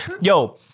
yo